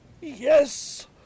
Yes